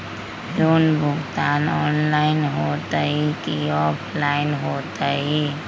Loan भुगतान online होतई कि ऑफलाइन होतई?